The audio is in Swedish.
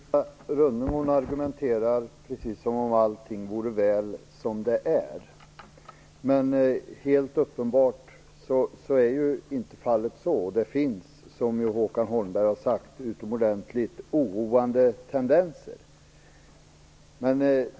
Herr talman! Catarina Rönnung argumenterar precis som om allting vore bra som det är. Men helt uppenbart är så inte fallet. Det finns, som Håkan Holmberg sade, utomordentligt oroande tendenser.